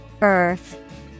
Earth